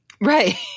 right